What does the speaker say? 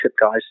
guys